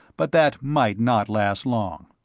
but that might not last long.